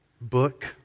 book